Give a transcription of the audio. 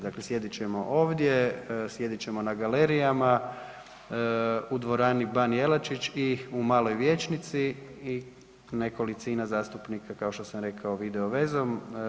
Dakle, sjedit ćemo ovdje, sjedit ćemo na galerijama, u dvorani ban Jelačić i u maloj vijećnici i nekolicina zastupnika, kao što sam rekao, video vezom.